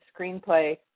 Screenplay